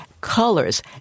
Colors